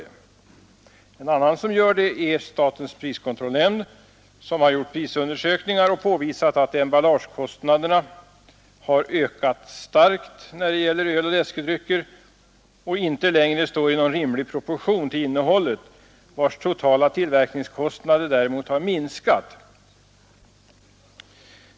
En annan som gör det är statens priskontrollnämnd som har företagit prisundersökningar och påvisat att emballagekostnaderna har ökat starkt när det gäller öl och läskedrycker och inte längre står i någon rimlig proportion till innehållet, vars totala tillverkningskostnader däremot har minskat.